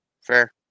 Fair